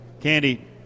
candy